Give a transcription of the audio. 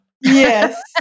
Yes